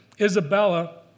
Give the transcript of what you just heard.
Isabella